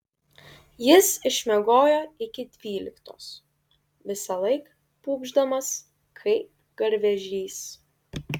jis išmiegojo iki dvyliktos visąlaik pūkšdamas kaip garvežys